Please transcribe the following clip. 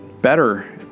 better